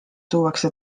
tuuakse